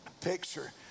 picture